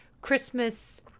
Christmas